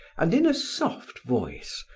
and in a soft voice,